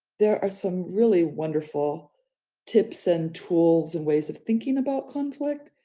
there are some really wonderful tips and tools and ways of thinking about conflict.